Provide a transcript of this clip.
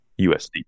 USD